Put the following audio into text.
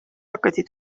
hakati